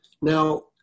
Now